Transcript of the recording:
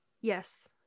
Yes